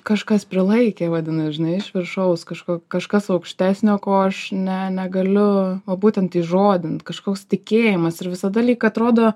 kažkas prilaikė vadinas žinai iš viršaus kažko kažkas aukštesnio ko aš ne negaliu va būtent įžodint kažkoks tikėjimas ir visada lyg atrodo